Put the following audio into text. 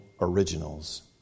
originals